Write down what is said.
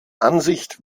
ansicht